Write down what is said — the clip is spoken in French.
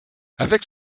avec